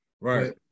right